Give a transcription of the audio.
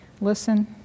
listen